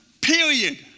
period